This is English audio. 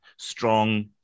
strong